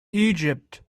egypt